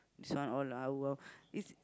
this one all our